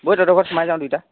বৈ তহঁতৰ ঘৰত সোমাই যাওঁ দুয়োটা